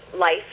life